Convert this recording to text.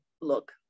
look